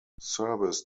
service